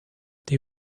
they